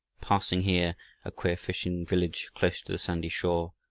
passing, here a queer fishing village close to the sandy shore,